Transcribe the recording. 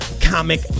Comic